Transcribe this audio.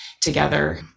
together